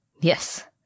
Yes